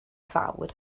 fawr